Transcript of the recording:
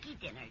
dinner